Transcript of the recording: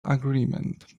agreement